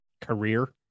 career